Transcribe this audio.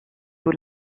sous